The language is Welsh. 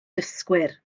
dysgwyr